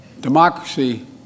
Democracy